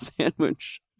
sandwich